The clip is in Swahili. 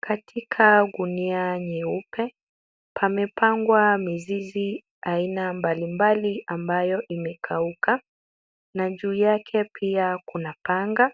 Katika gunia nyeupe pamepangwa mizizi aina mbalimbali ambayo imekauka na juu yake pia kuna panga